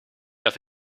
dat